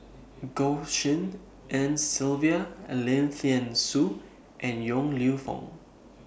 Goh Tshin En Sylvia Lim Thean Soo and Yong Lew Foong